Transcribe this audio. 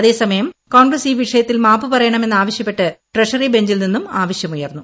അതേസമയം കോൺഗ്രസ് ഈ വിഷയത്തിൽ മാപ്പ് പറയണമെന്നാവശ്യപ്പെട്ട് ട്രഷറി ബെഞ്ചിൽ നിന്നും ആവശ്യമുയർന്നു